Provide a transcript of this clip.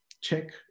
check